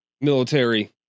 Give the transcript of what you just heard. military